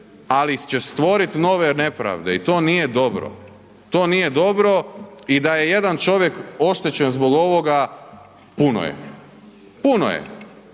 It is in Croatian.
ali će stvoriti nove nepravde i to nije dobro, to nije dobro. I da je jedan čovjek oštećen zbog ovoga puno je, puno je.